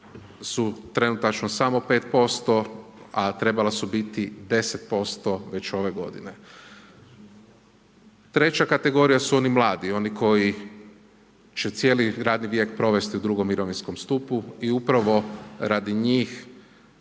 su trenutačno samo 5%, a trebala su biti 10% već ove godine. Treća kategorija su oni mladi, oni koji će cijeli radni vijek provesti u drugom mirovinskom stupu i upravo radi njih